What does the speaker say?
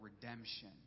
redemption